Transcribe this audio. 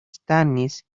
stannis